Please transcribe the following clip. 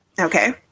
Okay